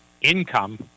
income